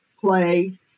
play